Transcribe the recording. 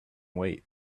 wait